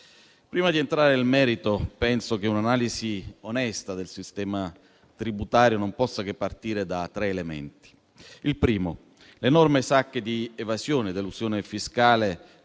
Prima di entrare nel merito, penso che un'analisi onesta del sistema tributario non possa che partire da tre elementi. Il primo: le enormi sacche di evasione ed elusione fiscale,